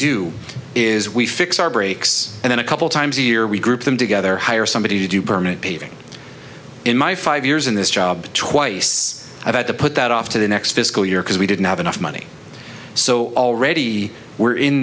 do is we fix our brakes and then a couple times a year we group them together hire somebody to do permanent paving in my five years in this job twice i've had to put that off to the next fiscal year because we didn't have enough money so already we're in